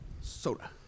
Soda